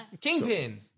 Kingpin